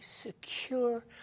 secure